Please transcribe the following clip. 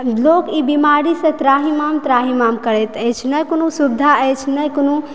लोक ई बीमारीसँ त्राहिमाम त्राहिमाम करैत अछि नहि कोनो सुविधा अछि नहि कोनो